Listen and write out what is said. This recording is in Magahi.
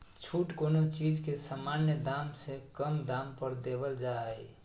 छूट कोनो चीज के सामान्य दाम से कम दाम पर देवल जा हइ